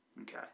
okay